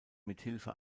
mithilfe